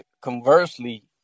conversely